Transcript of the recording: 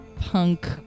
punk